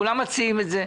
כולם מציעים את זה,